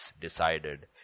decided